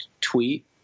tweet